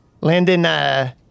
Landon